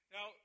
Now